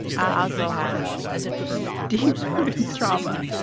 i also have deep trauma,